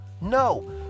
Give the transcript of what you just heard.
No